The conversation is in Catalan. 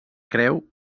creu